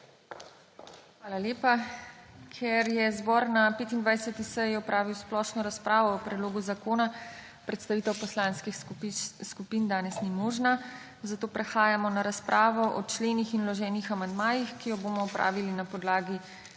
Hvala lepa. Ker je zbor na 25. seji opravil splošno razpravo o predlogu zakona, predstavitev stališč poslanskih skupin danes ni možna, zato prehajamo na razpravo o členih in vloženih amandmajih, ki jo bomo opravili na podlagi